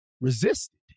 resisted